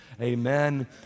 Amen